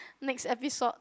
next episode